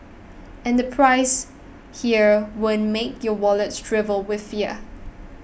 and the prices here won't make your wallet shrivel with fear